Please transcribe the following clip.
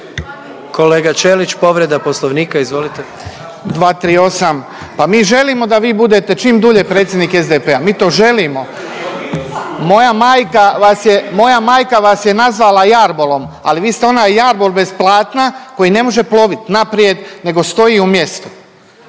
Kolega Ćelić, povreda Poslovnika izvolite. **Ćelić, Ivan (HDZ)** 238. Pa mi želimo da vi budete čim dulje predsjednik SDP-a, mi to želimo. Moja majka vas je, moja majka vas je nazvala jarbolom, ali vi ste onaj jarbol bez platna koji ne može plovit naprijed nego stoji u mjestu.